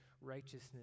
righteousness